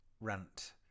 rant